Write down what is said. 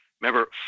remember